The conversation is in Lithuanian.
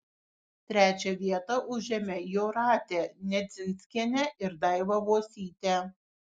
trečią vietą užėmė jūratė nedzinskienė ir daiva uosytė